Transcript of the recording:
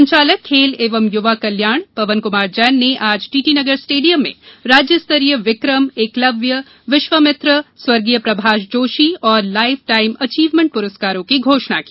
संचालक खेल एवं युवा कल्याण पवन कुमार जैन ने आज टीटी नगर स्टेडियम में राज्य स्तरीय विक्रम एकलव्य विश्वामित्र स्व प्रभाष जोशी एवं लाइफ टाइम एचीव्हमेंट पुरस्कारों की घोषणा की